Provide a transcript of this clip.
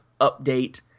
update